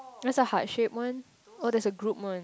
there's a heart shape one oh there's a group one